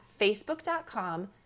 facebook.com